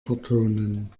vertonen